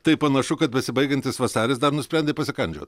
tai panašu kad besibaigiantis vasaris dar nusprendė pasikandžiot